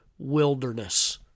wilderness